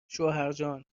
شوهرجاننایلون